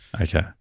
Okay